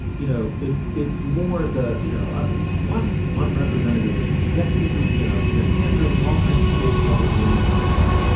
you know, it's it's more the you know, ah this is one unrepresentative incident. yes. this was the, you know, your hand-wringing and all kinds of fake public hand-wringing about,